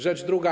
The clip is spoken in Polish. Rzecz druga.